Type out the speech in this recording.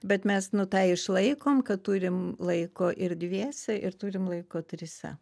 bet mes nu tą išlaikom kad turim laiko ir dviese ir turim laiko tryse